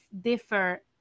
differ